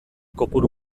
kopuru